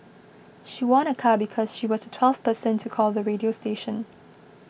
she won a car because she was the twelfth person to call the radio station